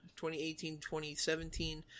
2018-2017